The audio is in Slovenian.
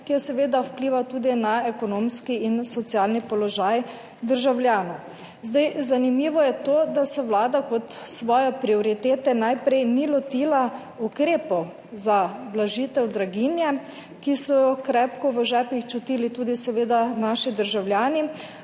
je seveda vplival tudi na ekonomski in socialni položaj državljanov. Zanimivo je to, da se vlada kot svoje prioritete ni najprej lotila ukrepov za blažitev draginje, ki so jo v žepih krepko čutili tudi seveda naši državljani,